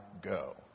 go